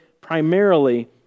primarily